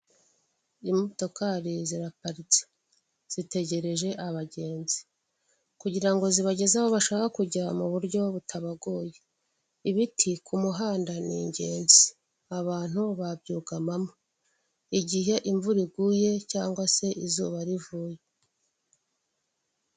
Imodokari ziraparitse, zitegereje abagenzi, kugira ngo zibageze aho bashaka kujya mu buryo butabagoye, ibiti ku muhanda ni ingezi, abantu babyugama mo, igihe imvura iguye cyangwa se izuba rivuye.